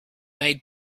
made